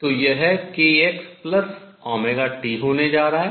तो यह kxωt होने जा रहा है